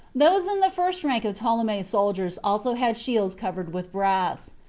those in the first rank of ptolemy's soldiers also had shields covered with brass.